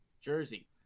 jersey